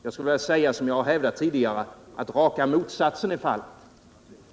Jag skulle, som jag har gjort tidigare, vilja hävda att raka motsatsen är fallet.